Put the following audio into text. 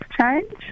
change